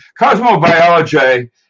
Cosmobiology